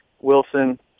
Wilson